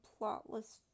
plotless